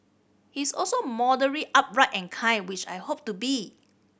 he's also morally upright and kind which I hope to be